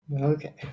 okay